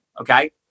okay